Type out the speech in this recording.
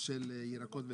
ירקות ופירות.